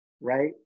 right